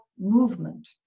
movement